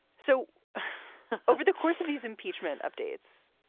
so over the course of these impeachment updates,